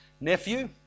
nephew